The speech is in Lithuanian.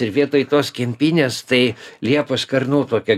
ir vietoj tos kempinės tai liepos karnų tokia